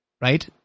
right